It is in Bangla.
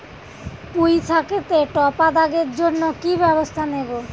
পুই শাকেতে টপা দাগের জন্য কি ব্যবস্থা নেব?